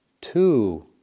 Two